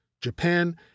Japan